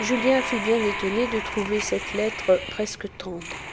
julien fut bien étonné de trouver cette lettre presque tendre